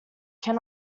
can